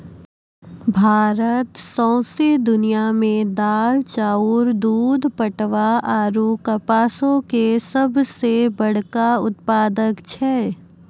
भारत सौंसे दुनिया मे दाल, चाउर, दूध, पटवा आरु कपासो के सभ से बड़का उत्पादक छै